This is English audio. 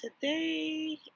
Today